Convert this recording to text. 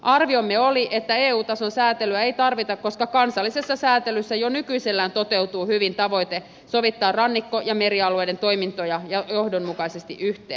arviomme oli että eu tason säätelyä ei tarvita koska kansallisessa säätelyssä jo nykyisellään toteutuu hyvin tavoite sovittaa rannikko ja merialueiden toimintoja johdonmukaisesti yhteen